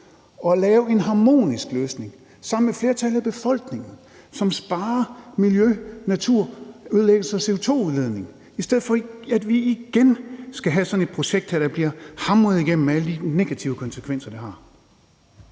og lave en harmonisk løsning sammen med flertallet af befolkningen, som sparer miljøet i forhold til naturødelæggelse og CO2-udledning, i stedet for at vi igen skal have sådan et projekt her, der bliver hamret igennem med alle de negative konsekvenser, det har?